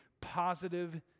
positive